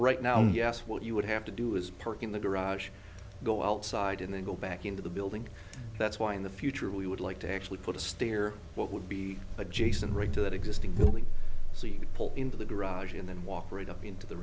right now yes what you would have to do is park in the garage go outside and then go back into the building that's why in the future we would like to actually put a stair what would be adjacent to that existing you could pull into the garage and then walk right up into the